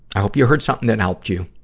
i hope you heard something that helped you,